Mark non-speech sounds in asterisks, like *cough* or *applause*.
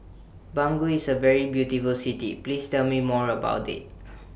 Bangui IS A very beautiful City Please Tell Me More about IT *noise*